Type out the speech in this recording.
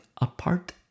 apart